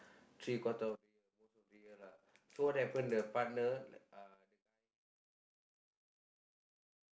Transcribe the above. three quarter of the year most of the year lah so what happened the partner uh the guy he changed the whole name of the shop